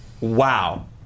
wow